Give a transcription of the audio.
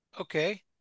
Okay